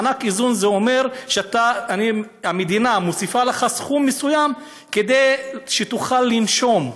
מענק איזון זה אומר שהמדינה מוסיפה לך סכום מסוים כדי שתוכל לנשום,